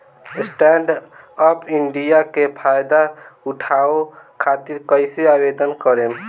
Stand up India के फाइदा उठाओ खातिर कईसे आवेदन करेम?